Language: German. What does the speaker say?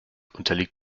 unterliegt